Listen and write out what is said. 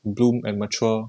bloom and mature